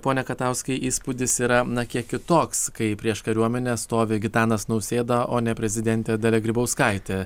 pone katauskai įspūdis yra na kiek kitoks kai prieš kariuomenę stovi gitanas nausėda o ne prezidentė dalia grybauskaitė